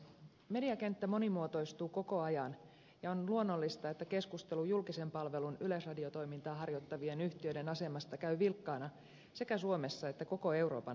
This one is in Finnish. mediakenttä monimuotoistuu koko ajan ja on luonnollista että keskustelu julkisen palvelun yleisradiotoimintaa harjoittavien yhtiöiden asemasta käy vilkkaana sekä suomessa että koko euroopan laajuisesti